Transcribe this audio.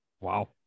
wow